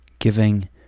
giving